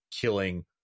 killing